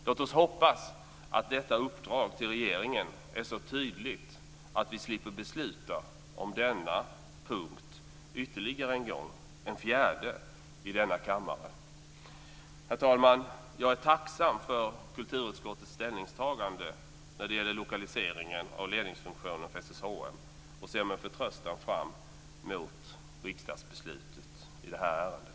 Låt oss hoppas att detta uppdrag till regeringen är så tydligt att vi slipper besluta om denna punkt ytterligare en gång, en fjärde, i denna kammare. Herr talman! Jag är tacksam för kulturutskottets ställningstagande när det gäller lokaliseringen av ledningsfunktionen för SSHM och ser med förtröstan fram emot riksdagsbeslutet i ärendet.